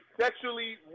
sexually